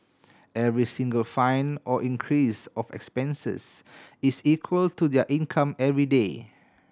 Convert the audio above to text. every single fine or increase of expenses is equal to their income everyday